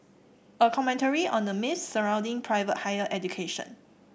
a commentary on the myths surrounding private higher education